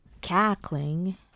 cackling